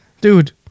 dude